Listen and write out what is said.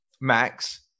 max